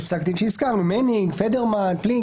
יש פסק דין שהזכרנו, מנינג, פדרמן, פלינק.